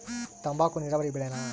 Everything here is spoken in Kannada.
ತಂಬಾಕು ನೇರಾವರಿ ಬೆಳೆನಾ?